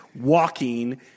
walking